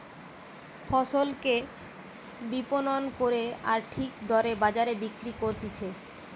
ফসলকে বিপণন করে আর ঠিক দরে বাজারে বিক্রি করতিছে